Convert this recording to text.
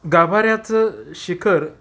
गाभाऱ्याचं शिखर